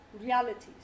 realities